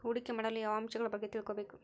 ಹೂಡಿಕೆ ಮಾಡಲು ಯಾವ ಅಂಶಗಳ ಬಗ್ಗೆ ತಿಳ್ಕೊಬೇಕು?